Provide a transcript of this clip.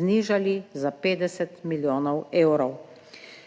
znižali za 50 milijonov evrov.